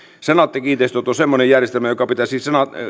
senaatti kiinteistöt on semmoinen järjestelmä joka pitäisi